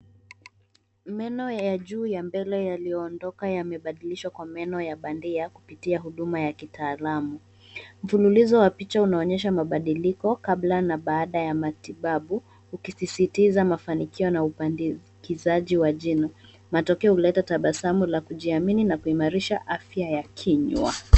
Meno ya juu ya mbele yaliyoondoka yamebadilishwa kwa meno ya bandia kupitia huduma ya kitaalamu. Mfululizo wa picha unaonyesha mabadiliko kabla na baada ya matibabu ukisisitiza mafanikio na upandikizaji wa jino. Matokeo huleta tabasamu la kujiamini na kuimarisha afya ya kinywa